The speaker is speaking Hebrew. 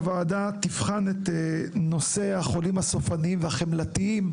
הוועדה תבחן את נושא החולים הסופניים והחמלתיים,